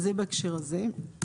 אז זה בהקשר הזה.